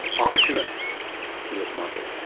opportunists in this market